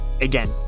Again